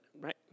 right